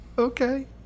okay